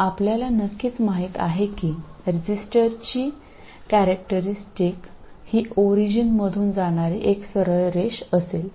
आपल्याला नक्कीच माहित आहे की रजिस्टरची कॅरेक्टरीस्टिक ही ओरिजिनमधून जाणारी एक सरळ रेष असेल